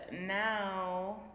now